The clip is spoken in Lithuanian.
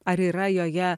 ar yra joje